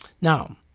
Now